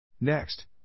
Next